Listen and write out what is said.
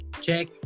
check